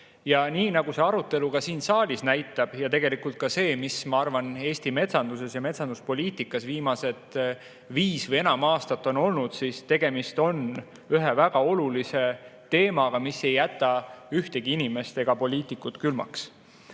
nagu näitab see arutelu siin saalis ja tegelikult ka see, mis, ma arvan, Eesti metsanduses ja metsanduspoliitikas viimased viis või enam aastat on toimunud, siis tegemist on ühe väga olulise teemaga, mis ei jäta ühtegi inimest ega ka poliitikut külmaks.